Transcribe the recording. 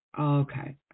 Okay